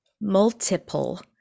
multiple